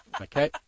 Okay